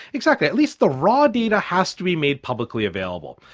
exactly, at least the raw data has to be made publicly available.